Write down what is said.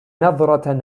نظرة